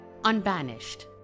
unbanished